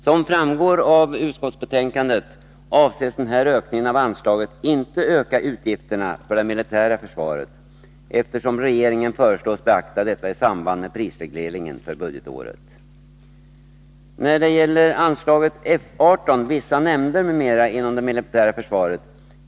; Som framgår av utskottsbetänkandet avses den här ökningen av anslaget inte öka utgifterna för det militära försvaret, eftersom regeringen föreslås beakta detta i samband med prisregleringen för budgetåret.